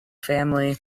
family